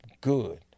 good